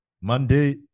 Monday